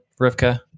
Rivka